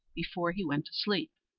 before he went to sleep.